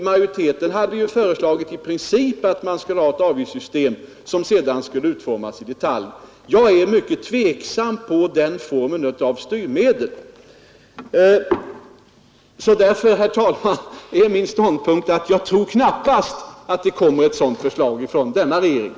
Majoriteten hade föreslagit att man i princip skulle ha ett avgiftssystem, som sedan skulle utformas i detalj. Jag ställer mig mycket tveksam till den formen av styrmedel. Därför intar jag den ståndpunkten, herr talman, att jag knappast tror att det kommer att framläggas något sådant förslag från denna regering.